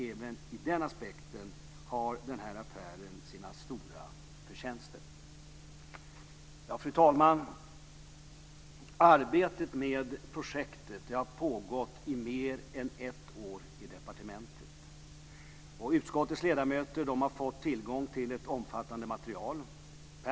Även i den aspekten har den här affären sina stora förtjänster. Fru talman! Arbetet med projektet har pågått i mer än ett år i departementet. Utskottets ledamöter har fått tillgång till ett omfattande material.